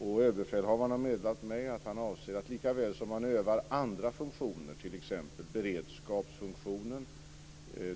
Överbefälhavaren har meddelat mig att han lika väl som man övar andra funktioner, t.ex. beredskapsfunktionen,